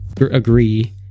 agree